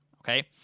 okay